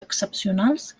excepcionals